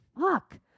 fuck